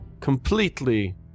completely